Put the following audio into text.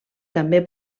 també